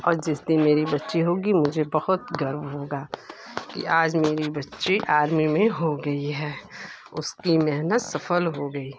और जिस दिन मेरी बच्ची होगी मुझे बहुत गर्व होगा कि आज मेरी बच्ची आर्मी मे हो गई है उसकी मेहनत सफल हो गई